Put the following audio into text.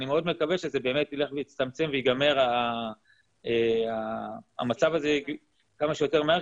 אני מאוד שזה באמת יילך והצטמצם וייגמר המצב הזה כמה שיותר מהר,